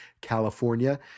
California